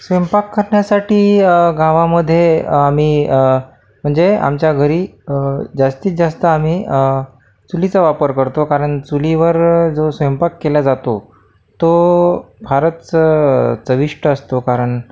स्वयंपाक करण्यासाठी गावामध्ये आम्ही म्हणजे आमच्या घरी जास्तीत जास्त आम्ही चुलीचा वापर करतो कारण चुलीवर जो स्वयंपाक केला जातो तो फारच चविष्ट असतो कारण